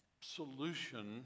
solution